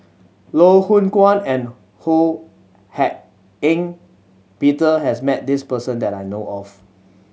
Loh Hoong Kwan and Ho Hak Ean Peter has met this person that I know of